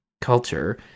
culture